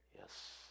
Yes